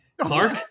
Clark